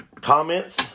comments